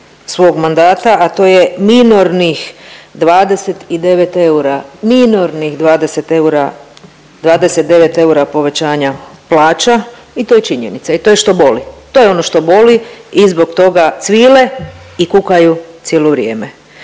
eura, minornih 20 eura, 29 eura povećanja plaća i to je činjenica i to je što boli. To je ono što boli i zbog toga cvile i kukaju cijelo vrijeme.